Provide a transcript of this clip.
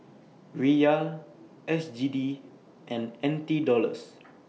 Riyal S G D and N T Dollars